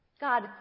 God